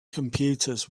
computers